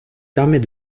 permet